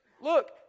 look